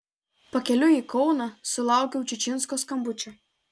pakeliui į kauną sulaukiau čičinsko skambučio